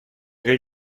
vrai